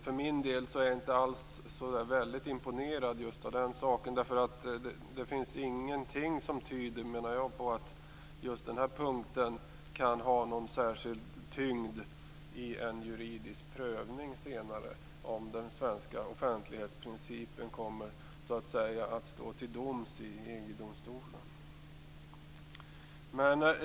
För min del är jag inte särskilt imponerad av just detta. Det finns ingenting som tyder på att just den här punkten kan ha någon särskild tyngd i en juridisk prövning om den svenska offentlighetsprincipen kommer till doms i EG-domstolen.